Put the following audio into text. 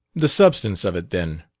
the substance of it, then,